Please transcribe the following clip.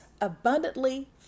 abundantly